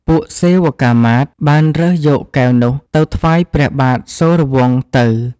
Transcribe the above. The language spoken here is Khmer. ពួកសេវកាមាត្យ បានរើសយកកែវនោះ ទៅថ្វាយព្រះបាទសូរវង្សទៅ។